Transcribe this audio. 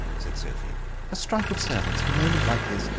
said sophie a strike of servants at a moment like this,